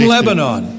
Lebanon